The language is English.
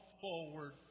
forward